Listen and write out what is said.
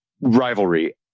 rivalry